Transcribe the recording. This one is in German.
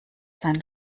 sein